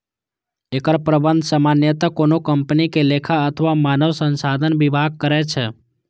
एकर प्रबंधन सामान्यतः कोनो कंपनी के लेखा अथवा मानव संसाधन विभाग करै छै